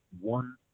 one